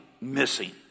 missing